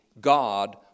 God